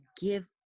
give